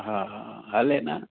हा हा हले न